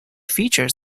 features